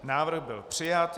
Návrh byl přijat.